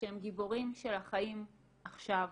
שהם גיבורים של החיים עכשיו,